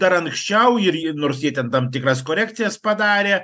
dar anksčiau ir ir nors jie tam tikras korekcijas padarė